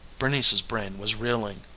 bernice's brain was reeling.